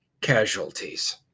casualties